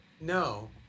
No